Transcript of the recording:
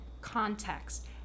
context